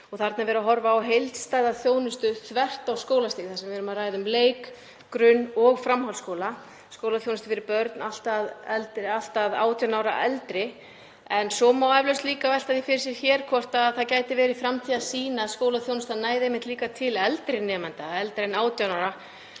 þarna er verið að horfa á heildstæða þjónustu þvert á skólastig þar sem við erum að ræða um leik-, grunn- og framhaldsskóla og skólaþjónustu fyrir börn allt að 18 ára og eldri. Svo má eflaust velta því fyrir sér hér hvort það gæti verið framtíðarsýn að skólaþjónustan næði einmitt líka til eldri nemenda, eldri en 18 ára,